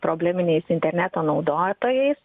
probleminiais interneto naudotojais